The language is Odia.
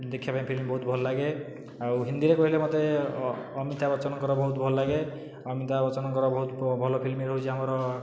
ଦେଖିବା ପାଇଁ ଫିଲ୍ମ ବହୁତ ଭଲଲାଗେ ଆଉ ହିନ୍ଦୀରେ କହିଲେ ମୋତେ ଅମିତାବଚ୍ଚନଙ୍କର ବହୁତ ଭଲଲାଗେ ଅମିତାବଚ୍ଚନଙ୍କର ବହୁତ ଭଲ ଫିଲ୍ମ ହେଉଛି ଆମର